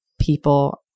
people